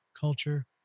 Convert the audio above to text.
culture